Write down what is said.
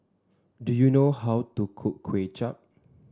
do you know how to cook Kway Chap